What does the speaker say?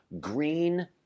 green